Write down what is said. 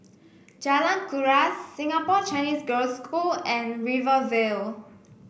Jalan Kuras Singapore Chinese Girls' School and Rivervale